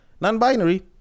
non-binary